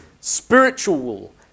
spiritual